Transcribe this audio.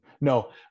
No